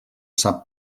sap